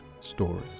stories